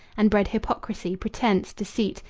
and bred hypocrisy, pretense, deceit,